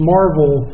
Marvel